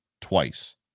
twice